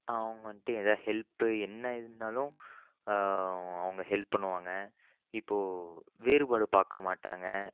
அவங்க வந்துட்டு ஏதாவது ஹெல்ப் என்ன இருந்தாலும் அவங்க ஹெல்ப் பண்ணுவாங்க இப்போது வேறுபாடு பார்க்க மாட்டாங்க